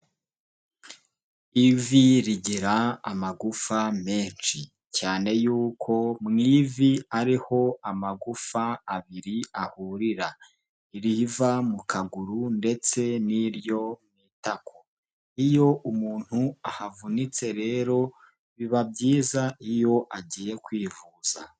Ivi rigira amagufa menshi cyane yuko mu ivi ariho amagufa abiri ahurira, iriva mu kaguru ndetse n'iryo mwitako, iyo umuntu ahavunitse rero biba byiza iyo agiye kwivuza.